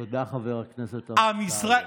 תודה, חבר הכנסת אמסלם.